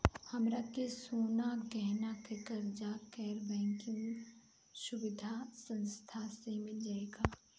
हमरा के सोना गहना पर कर्जा गैर बैंकिंग सुविधा संस्था से मिल जाई का?